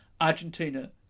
Argentina